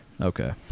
Okay